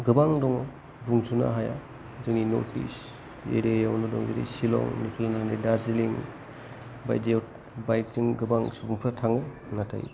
गोबां दङ' बुंस'नो हाया जोंनि नर्थ इस्ट एरिया आवनो दङ जेरै शिलं बिदिनो हरै दार्जिलिं बायदियाव बाइक जों गोबां सुबुंफ्रा थाङो नाथाय